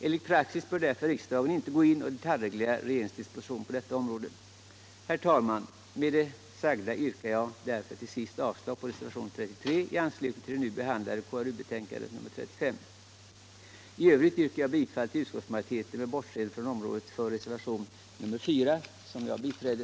Enligt praxis bör därför riksdagen inte gå in och detaljreglera regeringens dispositioner på detta område.